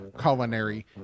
culinary